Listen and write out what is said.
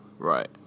Right